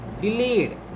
delayed